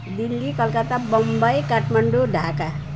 Delhi Calcutta Bombay Kathmandu Dhaka